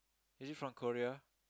is it from Korea